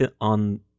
on